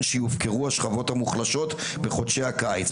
שהשכבות המוחלשות יופקרו בחודשי הקיץ.